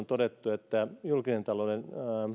todettu että julkisen talouden